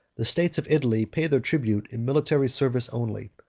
the states of italy paid their tribute in military service only,